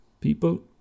people